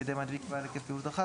בידי מנפיק בעל היקף פעילות רחב,